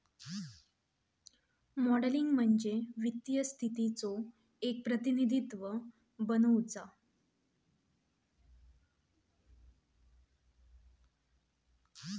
modelling म्हणजे वित्तीय स्थितीचो एक प्रतिनिधित्व बनवुचा